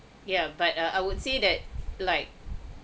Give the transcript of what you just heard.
yeah but ah I would say that like